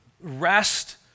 rest